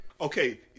okay